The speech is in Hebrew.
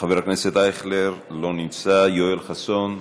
חבר הכנסת אייכלר, לא נמצא, יואל חסון,